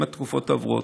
אם התקופות עברו.